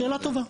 שאלה טובה.